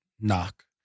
knock